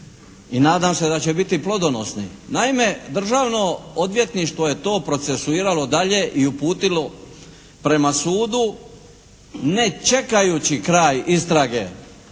i nadam se da će biti plodonosni. Naime, Državno odvjetništvo je to procesuiralo dalje i uputilo prema sudu ne čekajući kraj istrage